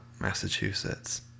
Massachusetts